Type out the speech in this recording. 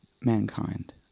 Mankind